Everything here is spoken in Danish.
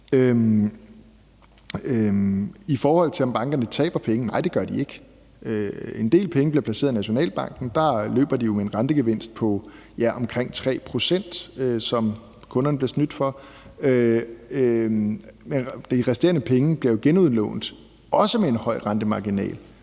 I forhold til om bankerne taber penge, vil jeg sige: Nej, det gør de ikke. En del af pengene bliver placeret i Nationalbanken, og der løber de jo med en rentegevinst på omkring 3 pct., som kunderne bliver snydt for. De resterende penge bliver jo genudlånt, også med en høj rentemarginal,